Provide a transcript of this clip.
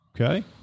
Okay